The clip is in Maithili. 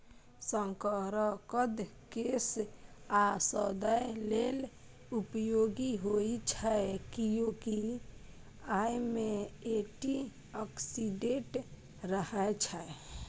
शकरकंद केश आ सौंदर्य लेल उपयोगी होइ छै, कियैकि अय मे एंटी ऑक्सीडेंट रहै छै